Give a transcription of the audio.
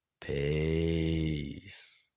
Peace